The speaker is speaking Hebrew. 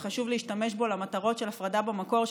וחשוב להשתמש בו למטרות של הפרדה במקור,